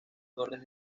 torres